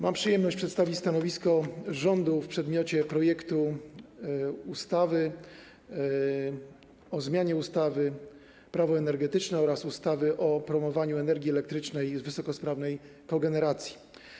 Mam przyjemność przedstawić stanowisko rządu w przedmiocie projektu ustawy o zmianie ustawy - Prawo energetyczne oraz ustawy o promowaniu energii elektrycznej z wysokosprawnej kogeneracji.